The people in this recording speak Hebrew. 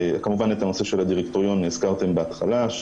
כמובן את הנושא של הדירקטוריון הזכרתם בהתחלה,